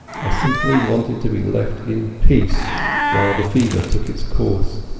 i simply wanted to be left in peace while the fever took its course,